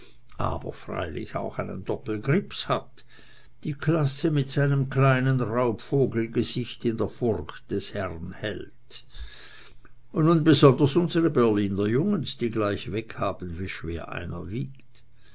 aber freilich auch einen doppelgrips hat die klasse mit seinem kleinen raubvogelgesicht in der furcht des herrn hält und nun besonders unsere berliner jungens die gleich weghaben wie schwer einer wiegt